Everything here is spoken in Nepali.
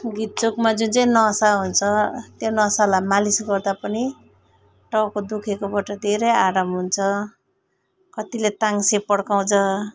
घिच्चुकमा जुन चाहिँ नसा हुन्छ त्यो नसालाई मालिस गर्दा पनि टाउको दुखेकोबाट धेरै आराम हुन्छ कतिले टाङ्से पड्काउँछ